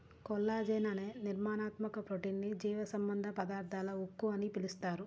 collagen అనే నిర్మాణాత్మక protein ని జీవసంబంధ పదార్థాల ఉక్కు అని పిలుస్తారు